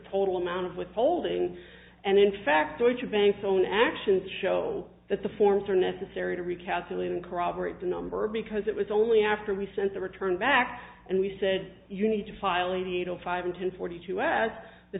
total amount of withholding and in fact what your bank's own actions show that the forms are necessary to recalculate and corroborate the number because it was only after we sent the return back and we said you need to file eighty eight o five and ten forty two as the